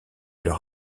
leur